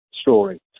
story